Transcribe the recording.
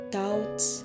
doubts